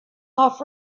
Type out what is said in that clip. off